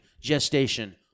gestation